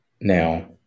Now